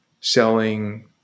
selling